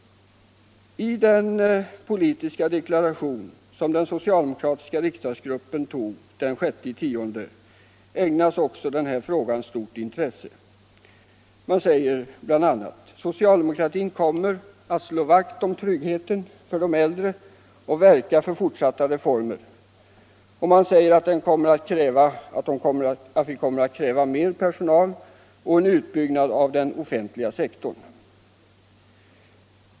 I den politiska deklaration som den socialdemokratiska riksdagsgruppen tog den 6 oktober ägnas också den här frågan stort intresse. Där sägs bl.a.: ”Socialdemokratin kommer att slå vakt om tryggheten för de äldre och verka för fortsatta reformer.” Där sägs också att vi kommer att kräva mer personal och en utbyggnad av den offentliga scktorn.